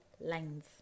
lines